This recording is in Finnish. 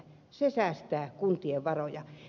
se säästää kuntien varoja